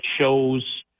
shows